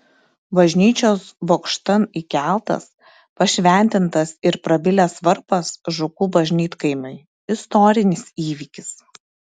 bažnyčios bokštan įkeltas pašventintas ir prabilęs varpas žukų bažnytkaimiui istorinis įvykis